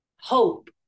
hope